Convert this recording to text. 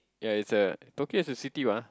ya it's a Tokyo is a city ma